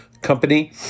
Company